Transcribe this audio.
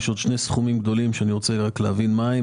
יש עוד שני סכומים גדולים שאני רוצה להבין מה הם.